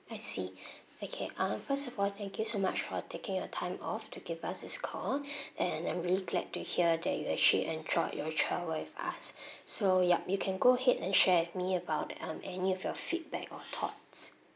I see okay um first of all thank you so much for taking your time off to give us this call and I'm really glad to hear that you actually enjoyed your travel with us so yup you can go ahead and share me about um any of your feedback or thoughts